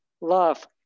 love